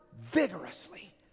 vigorously